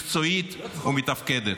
מקצועית ומתפקדת.